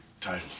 title